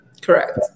Correct